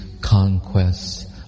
conquests